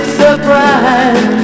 surprise